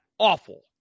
Awful